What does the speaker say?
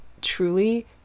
truly